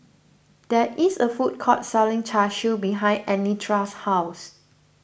there is a food court selling Char Siu behind Anitra's house